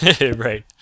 Right